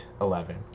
Eleven